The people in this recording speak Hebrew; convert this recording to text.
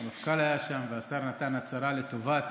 והשר נתן הצהרה לטובת